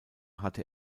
hatte